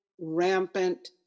rampant